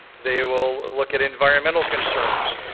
they will look at environmental concerns.